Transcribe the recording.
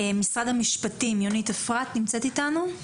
משרד המשפטים, יונית אפרתי נמצאת איתנו?